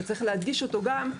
צריך להדגיש אותו גם,